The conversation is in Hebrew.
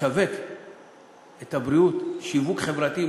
לשווק את הבריאות שיווק חברתי,